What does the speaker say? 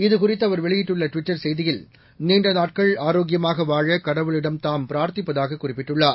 இதுகுறித்து அவர் வெளியிட்டுள்ள ட்விட்டர் செய்தியில் நீண்ட நாட்கள் ஆரோக்கியமாக வாழ கடவுளிடம் தாம் பிரார்த்திப்பதாக குறிப்பிட்டுள்ளார்